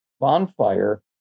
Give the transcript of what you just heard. bonfire